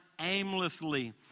aimlessly